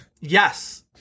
yes